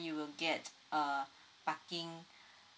you will get a parking